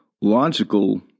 logical